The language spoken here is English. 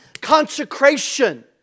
consecration